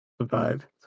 Survive